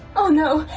oh no,